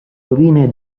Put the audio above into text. rovine